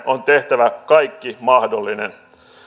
on tehtävä kaikki mahdollinen